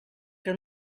que